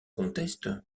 conteste